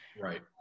Right